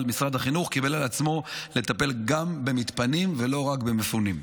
אבל משרד החינוך קיבל על עצמו לטפל גם במתפנים ולא רק במפונים.